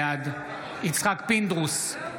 בעד יצחק פינדרוס,